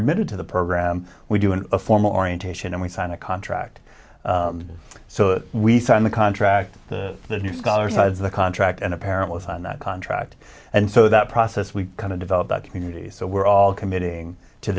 admitted to the program we do in a formal orientation and we sign a contract so we sign the contract the new scholar sides of the contract and apparently sign that contract and so that process we kind of develop that community so we're all committing to